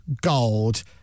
gold